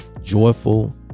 joyful